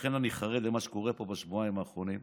לכן אני חרד ממה שקורה פה בשבועיים האחרונים,